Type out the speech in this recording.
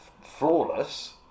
flawless